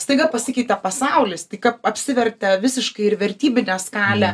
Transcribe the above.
staiga pasikeitė pasaulis tik ap apsivertė visiškai ir vertybinė skalė